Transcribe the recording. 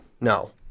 No